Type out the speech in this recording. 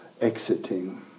exiting